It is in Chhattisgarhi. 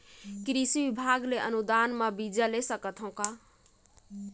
कृषि विभाग ले अनुदान म बीजा ले सकथव का?